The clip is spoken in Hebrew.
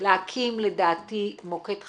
להקים, לדעתי, מוקד חדש.